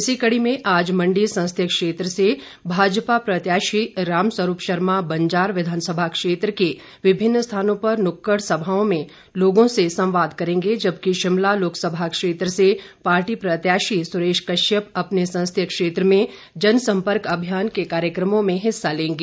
इसी कड़ी में आज मंडी संसदीय क्षेत्र से भाजपा प्रत्याशी राम स्वरूप शर्मा बंजार विधानसभा क्षेत्र के विभिन्न स्थानों पर नुक्कड़ सभाओं में लोगों से संवाद करेंगे जबकि शिमला लोकसभा क्षेत्र से पार्टी प्रत्याशी सुरेश कश्यप अपने संसदीय क्षेत्र में जनसम्पर्क अभियान के कार्यक्रमों में हिस्सा लेंगे